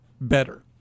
better